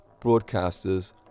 broadcasters